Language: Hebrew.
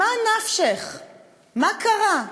קרה?